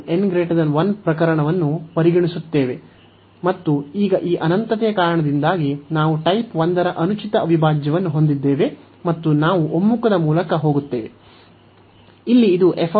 ನಾವು n 1 ಪ್ರಕರಣವನ್ನು ಪರಿಗಣಿಸುತ್ತಿದ್ದೇವೆ ಮತ್ತು ಈಗ ಈ ಅನಂತತೆಯ ಕಾರಣದಿಂದಾಗಿ ನಾವು ಟೈಪ್ 1 ರ ಈ ಅನುಚಿತ ಅವಿಭಾಜ್ಯವನ್ನು ಹೊಂದಿದ್ದೇವೆ ಮತ್ತು ನಾವು ಒಮ್ಮುಖದ ಮೂಲಕ ಹೋಗುತ್ತೇವೆ